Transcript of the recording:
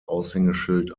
aushängeschild